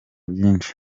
byinshi